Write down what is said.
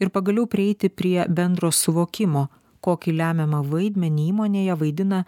ir pagaliau prieiti prie bendro suvokimo kokį lemiamą vaidmenį įmonėje vaidina